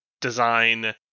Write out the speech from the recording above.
design